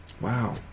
Wow